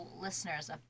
listeners